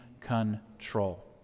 control